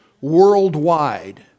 worldwide